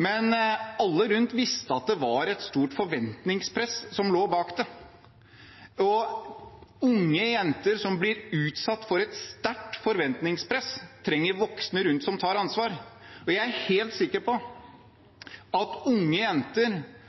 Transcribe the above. Men alle rundt visste det lå et stort forventningspress bak det. Unge jenter som utsettes for et sterkt forventningspress, trenger voksne rundt som tar ansvar. Jeg er helt sikker på at unge jenter